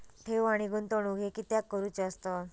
ठेव आणि गुंतवणूक हे कित्याक करुचे असतत?